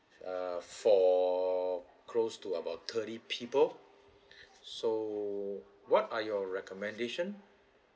uh for close to about thirty people so what are your recommendation